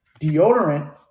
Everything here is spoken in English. Deodorant